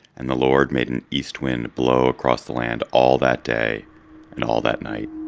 and the lord made an east wind blow across the land all that day and all that night.